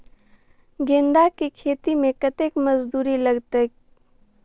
गेंदा केँ खेती मे कतेक मजदूरी लगतैक?